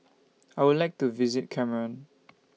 I Would like to visit Cameroon